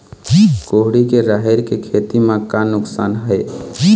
कुहड़ी के राहेर के खेती म का नुकसान हे?